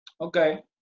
Okay